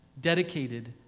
dedicated